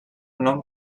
nom